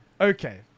Okay